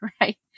Right